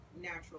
natural